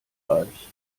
reich